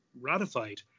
ratified